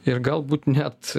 ir galbūt net